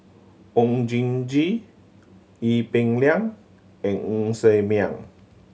Oon Jin Gee Ee Peng Liang and Ng Ser Miang